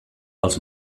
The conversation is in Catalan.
els